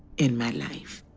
in my life.